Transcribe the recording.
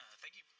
thank you.